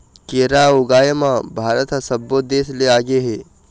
केरा ऊगाए म भारत ह सब्बो देस ले आगे हे